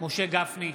משה גפני,